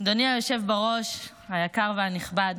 אדוני היושב בראש היקר והנכבד,